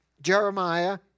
Jeremiah